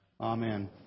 Amen